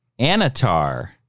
Anatar